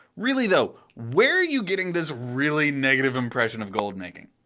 really though, where are you getting this really negative impression of gold making?